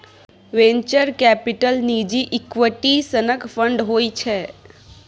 venture capital निजी equity सनक fund होइ छै